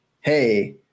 Hey